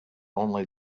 only